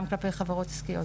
גם כלפי חברות עסקיות,